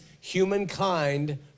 humankind